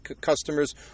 customers